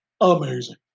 amazing